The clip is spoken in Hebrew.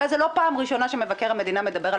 הרי זו לא הפעם הראשונה שמבקר המדינה מדבר על